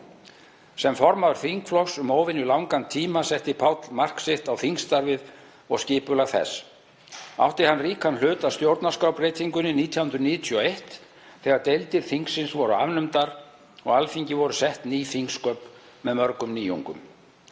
Sem formaður þingflokks um óvenjulangan tíma setti Páll mark sitt á þingstarfið og skipulag þess. Átti hann ríkan hlut að stjórnarskrárbreytingunni 1991 þegar deildir þingsins voru afnumdar og Alþingi voru sett ný þingsköp með mörgum nýjungum.